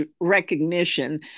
recognition